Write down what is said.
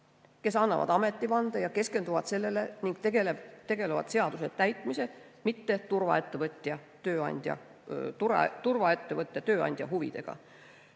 kes annavad ametivande ja keskenduvad sellele tööle ning tegelevad seaduse täitmisega, mitte turvaettevõtte, tööandja huvidega.